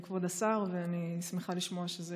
כבוד השר, ואני שמחה לשמוע שזה